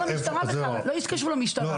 לא יתקשרו למשטרה.